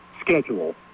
schedule